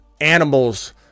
animals